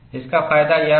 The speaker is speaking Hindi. इसका फायदा यह है